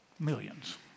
Millions